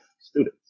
students